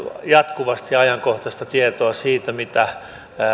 jatkuvasti ajankohtaista tietoa siitä mitä